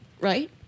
Right